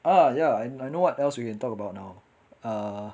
ah ya I know what else we can talk about now ah